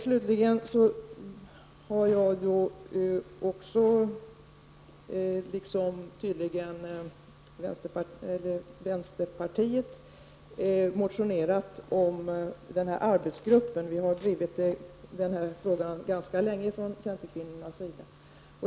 Slutligen har jag, liksom tydligen även vänsterpartiet, motionerat om en arbetsgrupp. Vi har drivit den här frågan ganska länge från centerkvinnornas sida.